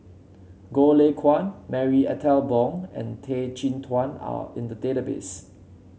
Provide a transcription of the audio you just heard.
Goh Lay Kuan Marie Ethel Bong and Tan Chin Tuan are in the database